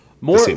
more